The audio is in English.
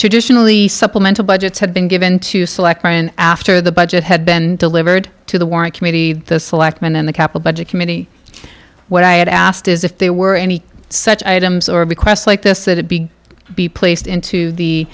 traditionally supplemental budgets had been given to select after the budget had been delivered to the warren committee the selectmen in the capital budget committee what i had asked is if there were any such items or requests like this that it big be placed into the